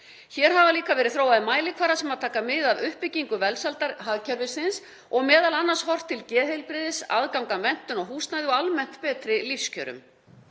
Hér hafa líka verið þróaðir mælikvarðar sem taka mið af uppbyggingu velsældarhagkerfisins og m.a. horft til geðheilbrigðis, aðgangs að menntun og húsnæði og almennt betri lífskjörum.